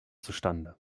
zustande